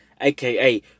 aka